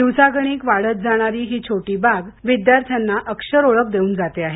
दिवसागणिक वाढत जाणारी ही छोटी बाग विद्यार्थ्यांना अक्षर ओळख देऊन जाते आहे